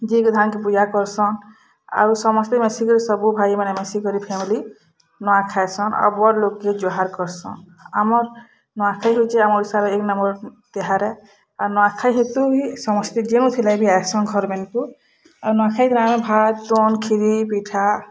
ଜିଗ ଧାନ୍ କେ ପୂଜା କର୍ସନ୍ ଅରୁ ସମସ୍ତେ ମିଶିକିରି ସବୁ ଭାଇମାନେ ମିଶିକରି ଫ୍ୟାମିଲି ନୂଆଁଖାଇସନ୍ ଆଉ ବଡ଼ ଲୁକ୍ କେ ଜୁହାର କର୍ସନ୍ ଆମର୍ ନୂଆଁଖାଇ ହଉଛେ ଆମ ଓଡ଼ିଶାରେ ଏକ୍ ନମ୍ବର୍ ତିହାର୍ ଆଉ ନୂଆଁଖାଇ ହେତୁଭି ସମସ୍ତେ ଯେଉଁଥିଲେ ବି ଆଇସନ୍ ଘର୍ ମାନଙ୍କୁ ଆର୍ ନୂଆଁଖାଇ ଦିନ୍ ଆମର୍ ଭାତ ତୁଣ ଖିରି ପିଠା